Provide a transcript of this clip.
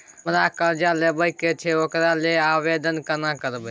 हमरा कर्जा लेबा के छै ओकरा लेल आवेदन केना करबै?